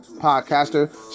podcaster